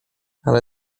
ale